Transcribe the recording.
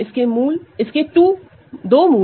इसके 2 रूट है √2 और √2